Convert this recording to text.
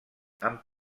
amb